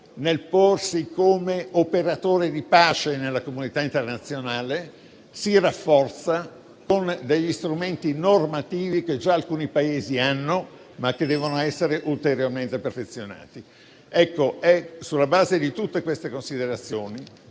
nel porsi come operatore di pace nella comunità internazionale, si rafforza con strumenti normativi che già alcuni Paesi hanno, ma che devono essere ulteriormente perfezionati. Sulla base di tutte queste considerazioni,